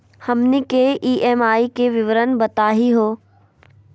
हमनी के ई.एम.आई के विवरण बताही हो?